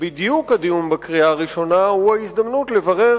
והדיון בקריאה הראשונה הוא בדיוק ההזדמנות לברר